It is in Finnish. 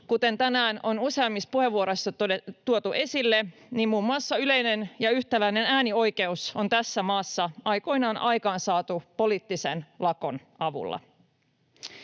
Kuten tänään on useammissa puheenvuoroissa tuotu esille, muun muassa yleinen ja yhtäläinen äänioikeus on tässä maassa aikoinaan aikaansaatu poliittisen lakon avulla.